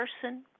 person